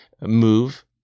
move